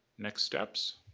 next steps.